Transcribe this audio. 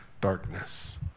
darkness